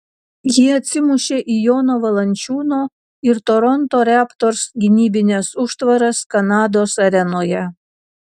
jie atsimušė į jono valančiūno ir toronto raptors gynybines užtvaras kanados arenoje